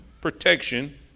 protection